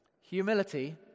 Humility